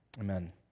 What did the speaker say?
Amen